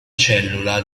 cellula